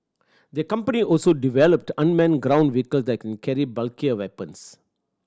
the company also developed unmanned ground vehicle that can carry bulkier weapons